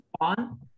on